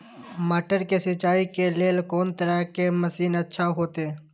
मटर के सिंचाई के लेल कोन तरह के मशीन अच्छा होते?